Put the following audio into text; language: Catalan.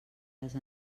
les